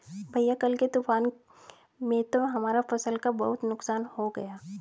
भैया कल के तूफान में तो हमारा फसल का बहुत नुकसान हो गया